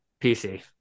PC